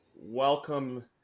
Welcome